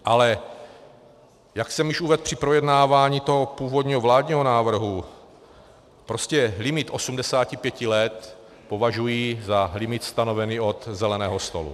Ale jak jsem již uvedl při projednávání toho původního vládního návrhu, prostě limit 85 let považuji za limit stanovený od zeleného stolu.